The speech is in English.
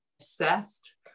assessed